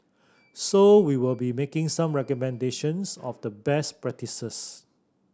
so we will be making some recommendations of best